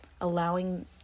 allowing